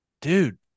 dude